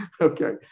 Okay